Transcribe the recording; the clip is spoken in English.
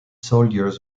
soldiers